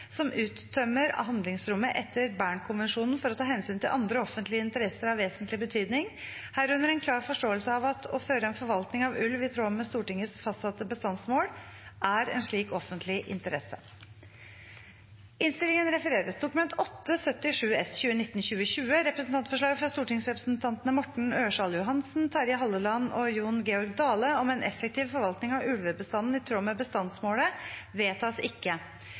som uttømmer handlingsrommet etter Bernkonvensjonen for å ta hensyn til andre offentlige interesser av vesentlig betydning, herunder en klar forståelse av at å føre en forvaltning av ulv i tråd med Stortingets fastsatte bestandsmål er en slik offentlig interesse.» Forslag nr. 2 lyder: «Stortinget ber regjeringen senest i august 2020